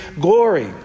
glory